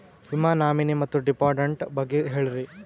ವಿಮಾ ನಾಮಿನಿ ಮತ್ತು ಡಿಪೆಂಡಂಟ ಬಗ್ಗೆ ಹೇಳರಿ?